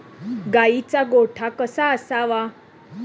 गाईचा गोठा कसा असावा?